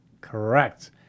Correct